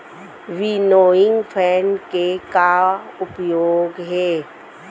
Winnowing fan के का का उपयोग हे?